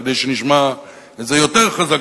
כדי שנשמע את זה יותר חזק,